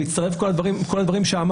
בהצטרף כל הדברים שאמרתי,